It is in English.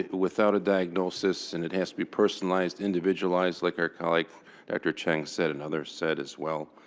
without a diagnosis and it has to be personalized, individualized, like our colleague dr. cheng said, and others said as well.